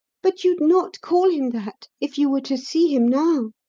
but you'd not call him that if you were to see him now